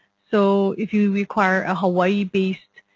so if you require a hawaii based